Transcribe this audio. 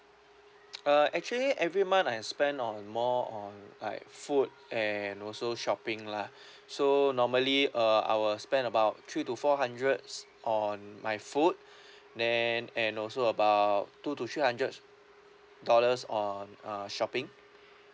uh actually every month I spend on more on like food and also shopping lah so normally uh I will spend about three to four hundreds on my food then and also about two to three hundred dollars on uh shopping